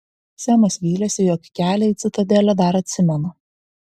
semas vylėsi jog kelią į citadelę dar atsimena